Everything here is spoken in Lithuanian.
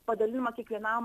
padalinama kiekvienam